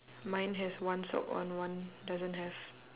mine has one sock on one doesn't have